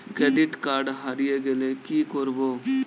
Credit card হারিয়ে গেলে কি করব?